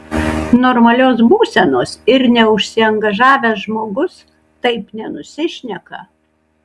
normalios būsenos ir neužsiangažavęs žmogus taip nenusišneka